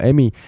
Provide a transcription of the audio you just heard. Amy